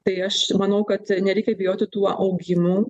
tai aš manau kad nereikia bijoti tų augimų